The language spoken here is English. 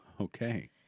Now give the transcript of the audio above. Okay